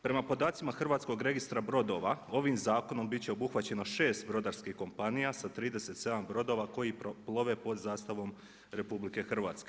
Prema podacima Hrvatskog registra brodova ovim zakonom bit će obuhvaćeno šest brodarskih kompanija sa 37 brodova koji plove pod zastavom RH.